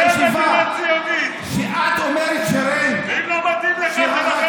של אלפי דונם.